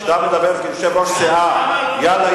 כשאתה אומר כיושב-ראש סיעה "יאללה,